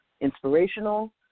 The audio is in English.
inspirational